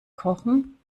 kochen